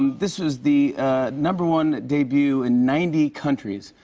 this is the number-one debut in ninety countries.